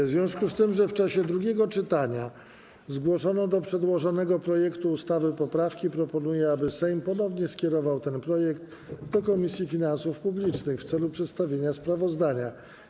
W związku z tym, że w czasie drugiego czytania zgłoszono do przedłożonego projektu ustawy poprawki, proponuję, aby Sejm ponownie skierował ten projekt do Komisji Finansów Publicznych w celu przedstawienia sprawozdania.